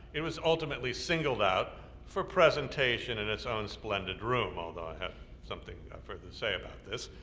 it was ultimately singled out for presentation in its own splendid room, although i have something further to say about this,